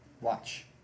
watch